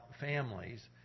families